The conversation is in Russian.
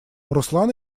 руслан